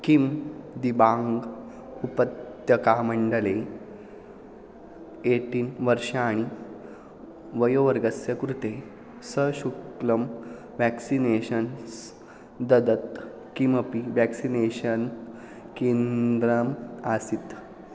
किं दिबाङ्ग् उपत्यकामण्डले एटीन् वर्षाणि वयोवर्गस्य कृते सशुल्कं व्याक्सिनेषन्स् ददत् किमपि व्याक्सिनेषन् केन्द्रम् आसित्